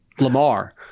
Lamar